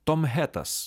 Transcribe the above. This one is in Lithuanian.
tom hetas